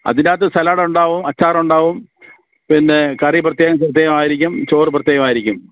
അതിനകത്ത് സലാഡുണ്ടാവും അച്ചാറുണ്ടാവും പിന്നെ കറി പ്രത്യേകം പ്രത്യേകം ആയിരിക്കും ചോറ് പ്രത്യേകം ആയിരിക്കും